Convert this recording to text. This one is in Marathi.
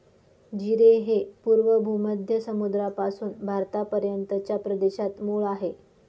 जीरे हे पूर्व भूमध्य समुद्रापासून भारतापर्यंतच्या प्रदेशात मूळ आहे